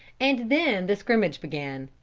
and then the scrimmage began.